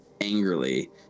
angrily